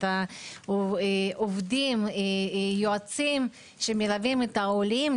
את העובדים והיועצים שמלווים את העולים,